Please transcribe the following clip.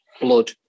blood